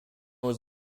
was